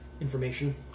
Information